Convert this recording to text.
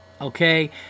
okay